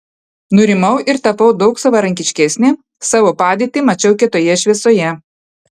nurimau ir tapau daug savarankiškesnė savo padėtį mačiau kitoje šviesoje